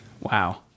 Wow